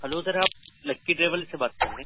hello sir آپ lucky travel سے بات کر رہے